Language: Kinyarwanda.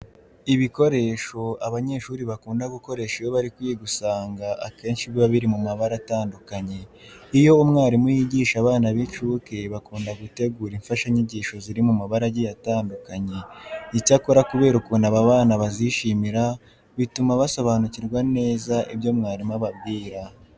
Ibikoresho abanyeshuri bakunda gukoresha iyo bari kwiga usanga akenshi biba biri mu mabara atandukanye. Iyo umwarimu yigisha abana b'incuke bakunda gutegura imfashanyigisho ziri mu mabara agiye atandukanye. Icyakora kubera ukuntu aba bana bazishimira, bituma basobanukirwa neza ibyo mwarimu ababwira.